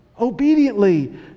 obediently